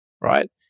right